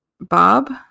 Bob